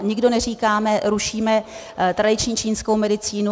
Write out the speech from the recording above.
Nikdo neříkáme: rušíme tradiční čínskou medicínu.